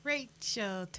Rachel